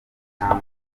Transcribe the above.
cyangwa